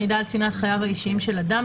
"מידע על צנעת חייו האישיים של אדם,